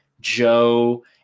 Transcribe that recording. Joe